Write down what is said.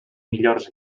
millors